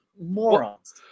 morons